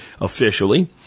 officially